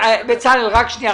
בצלאל, רק שנייה.